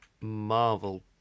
Marvel